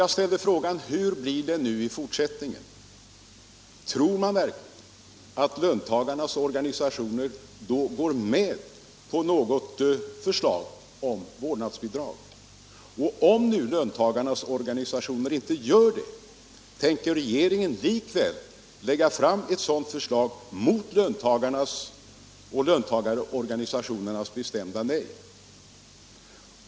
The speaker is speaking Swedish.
Jag ställde också frågan: Hur blir det i fortsättningen? Tror man verkligen att löntagarnas organisationer går med på något förslag om vårdnadsbidrag? Och om nu löntagarnas organisationer inte gör det, tänker regeringen likväl lägga fram ett sådant förslag mot löntagarnas och löntagarorganisationernas bestämda nej?